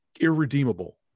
irredeemable